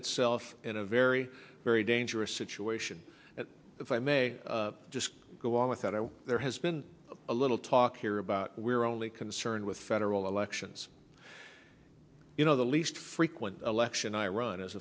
itself in a very very dangerous situation if i may just go along with that i know there has been a little talk here about we're only concerned with federal elections you know the least frequent election i run is